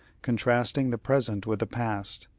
contrasting the present with the past,